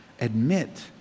admit